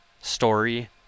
story